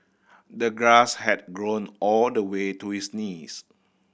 the grass had grown all the way to his knees